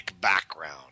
background